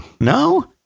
no